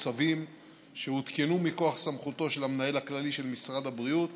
צווים שהותקנו מכוח סמכותו של המנהל הכללי של משרד הבריאות